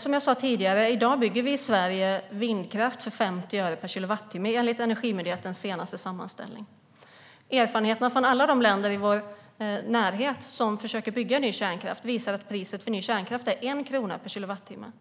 Som jag sa tidigare: I dag bygger vi i Sverige vindkraft för 50 öre per kilowattimme, enligt Energimyndighetens senaste sammanställning. Erfarenheterna från alla de länder i vår närhet som försöker bygga ny kärnkraft visar att priset för ny kärnkraft är 1 krona per kilowatttimme.